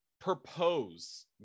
propose